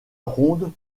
ronde